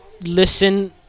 listen